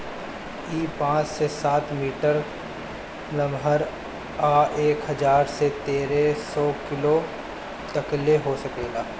इ पाँच से सात मीटर लमहर आ एक हजार से तेरे सौ किलो तकले हो सकेला